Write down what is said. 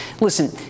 listen